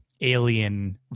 alien